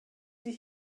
sie